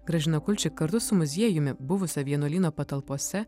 gražina kulčik kartu su muziejumi buvusio vienuolyno patalpose